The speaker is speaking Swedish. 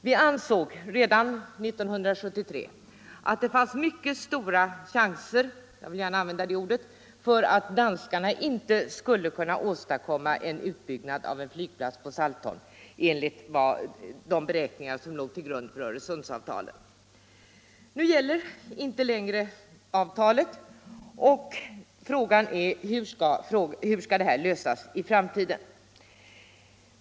Vi ansåg redan 1973 att det fanns mycket stora chanser, jag vill gärna använda det ordet, för att danskarna inte skulle kunna åstadkomma en utbyggnad av en flygplats på Saltholm enligt de beräkningar som låg till grund för Öresundsavtalet. Nu gäller inte längre avtalet, och frågan är hur de här problemen skall lösas i framtiden.